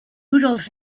rudolf